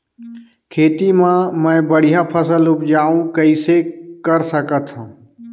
खेती म मै बढ़िया फसल उपजाऊ कइसे कर सकत थव?